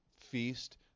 feast